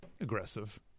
Aggressive